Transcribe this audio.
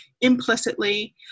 implicitly